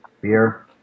beer